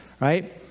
right